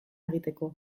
egiteko